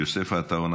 יוסף עטאונה,